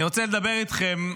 אני רוצה לדבר איתכם,